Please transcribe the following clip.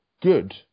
good